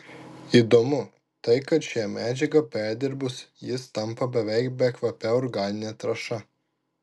įdomu tai kad šią medžiagą perdirbus jis tampa beveik bekvape organine trąša